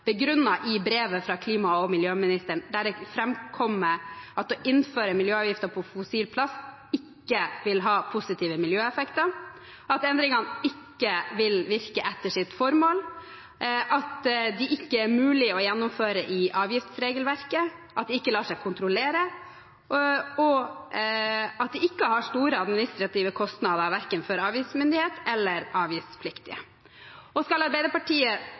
i brevet fra klima- og miljøministeren, der det framkommer at å innføre miljøavgifter på fossil plast ikke vil ha positive miljøeffekter, at endringene ikke vil virke etter sitt formål, at de ikke er mulig å gjennomføre i avgiftsregelverket, at de ikke lar seg kontrollere, og at det verken for avgiftsmyndighet eller avgiftspliktige